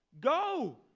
Go